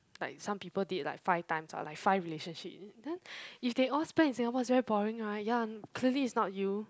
like some people date like five times ah like five relationship then if they all spend in Singapore it's very boring right ya clearly it's not you